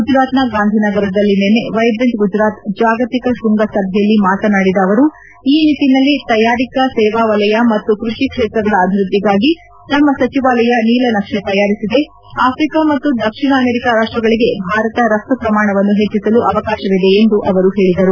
ಗುಜರಾತ್ನ ಗಾಂಧಿನಗರದಲ್ಲಿ ನಿನ್ನೆ ವೈಬ್ರ್ಯಾಂಟ್ ಗುಜರಾತ್ ಜಾಗತಿಕ ಕೃಂಗಸಭೆಯಲ್ಲಿ ಮಾತನಾಡಿದ ಅವರು ಈ ನಿಟ್ಟನಲ್ಲಿ ತಯಾರಿಕಾ ಸೇವಾವಲಯ ಮತ್ತು ಕ್ಕಷಿ ಕ್ಷೇತ್ರಗಳ ಅಭಿವೃದ್ದಿಗಾಗಿ ತಮ್ಮ ಸಚಿವಾಲಯ ನೀಲನಕ್ಷೆ ತಯಾರಿಸಿದೆ ಆಫ್ರೀಕಾ ಮತ್ತು ದಕ್ಷಿಣ ಅಮೆರಿಕ ರಾಷ್ಟಗಳಿಗೆ ಭಾರತದ ರಫ್ತು ಪ್ರಮಾಣವನ್ನು ಹೆಚ್ಚಿಸಲು ಅವಕಾಶವಿದೆ ಎಂದು ಅವರು ಹೇಳಿದರು